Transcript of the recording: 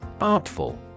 Artful